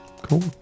cool